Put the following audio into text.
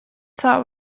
thought